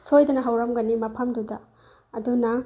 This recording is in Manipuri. ꯁꯣꯏꯗꯅ ꯍꯧꯔꯝꯒꯅꯤ ꯃꯐꯝꯗꯨꯗ ꯑꯗꯨꯅ